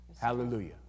Hallelujah